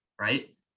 right